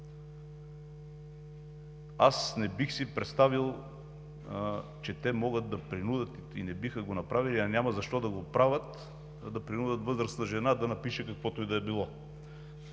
Аз не бих си представил че те могат да принудят и не биха го направили, а няма и защо да го правят – да принудят възрастна жена да напише каквото и да било,